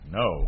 no